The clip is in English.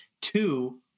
Two